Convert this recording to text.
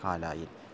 കാലായിൽ